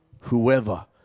whoever